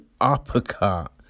uppercut